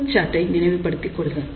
Smith சார்ட்டை நினைவுபடுத்திக் கொள்க